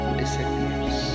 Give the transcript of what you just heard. disappears